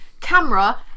camera